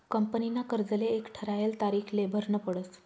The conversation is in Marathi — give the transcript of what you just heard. कंपनीना कर्जले एक ठरायल तारीखले भरनं पडस